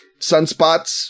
Sunspots